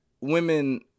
women